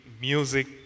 music